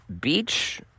beach